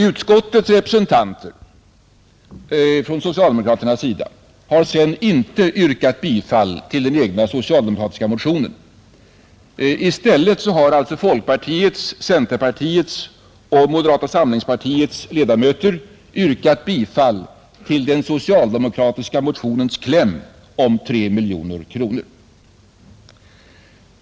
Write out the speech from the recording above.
Socialdemokraternas representanter i utskottet har sedan inte tillstyrkt den egna socialdemokratiska motionen. I stället har alltså folkpartiets, centerpartiets och moz&rata samlingspartiets ledamöter hemställt om bifall till den socialdemokratiska motionens kläm om 3 miljoner kronor.